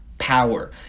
power